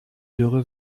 dürre